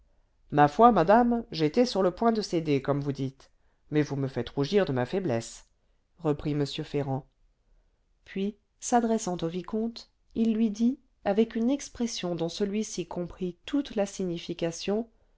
ma foi madame j'étais sur le point de céder comme vous dites mais vous me faites rougir de ma faiblesse reprit m ferrand puis s'adressant au vicomte il lui dit avec une expression dont celui-ci comprit toute la signification